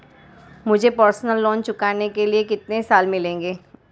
मुझे personal loan चुकाने के लिए कितने साल मिलेंगे?